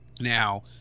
now